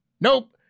Nope